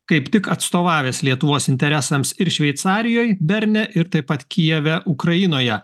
kaip tik atstovavęs lietuvos interesams ir šveicarijoj berne ir taip pat kijeve ukrainoje